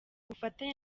bufatanye